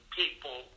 people